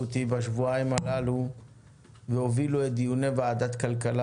אותי בשבועיים הללו והובילו את דיוני ועדת הכלכלה